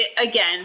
again